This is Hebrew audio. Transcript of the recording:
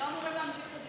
לא אמורים להמשיך בדיון.